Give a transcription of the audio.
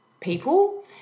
people